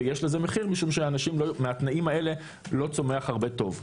ויש לזה מחיר משום שמהתנאים האלה לא צומח הרבה טוב.